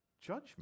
judgment